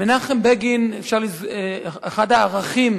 מנחם בגין, אחד הערכים